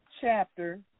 Chapter